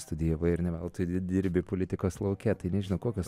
studijavai ir ne veltui dirbi politikos lauke tai nežinau kokios